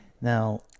Now